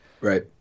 Right